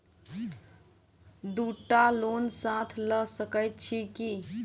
दु टा लोन साथ लऽ सकैत छी की?